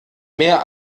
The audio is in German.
mehr